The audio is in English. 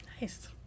Nice